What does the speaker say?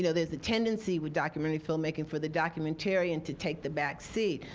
you know there's a tendency with documentary filmmaking for the documentarian to take the back seat,